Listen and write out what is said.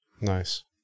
Nice